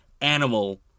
animal